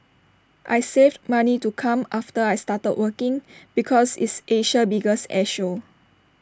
I saved money to come after I started working because it's Asia's biggest air show